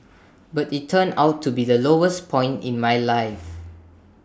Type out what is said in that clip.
but IT turned out to be the lowest point in my life